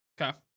Okay